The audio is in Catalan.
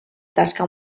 tasca